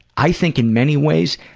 i think, in many ways,